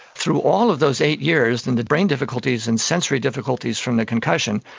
through all of those eight years and the brain difficulties and sensory difficulties from the concussion,